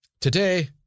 Today